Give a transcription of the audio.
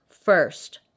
first